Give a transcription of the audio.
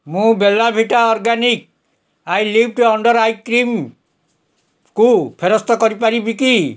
ମୁଁ Bella Vita organic eyelift under eye cream ଜେଲ୍କୁ ଫେରସ୍ତ କରିପାରିବି କି